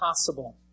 possible